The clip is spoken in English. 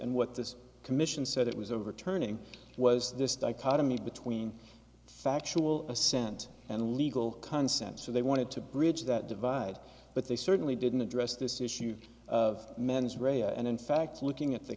and what this commission said it was overturning was this dichotomy between factual assent and legal consent so they wanted to bridge that divide but they certainly didn't address this issue of mens rea and in fact looking at the